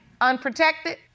Unprotected